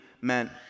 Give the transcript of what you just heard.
meant